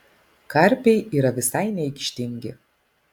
karpiai yra visai neaikštingi